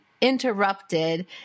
interrupted